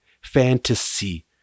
Fantasy